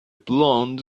blonde